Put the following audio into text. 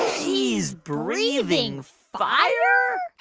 she's breathing fire.